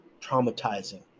traumatizing